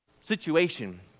situation